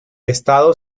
estado